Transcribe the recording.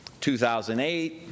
2008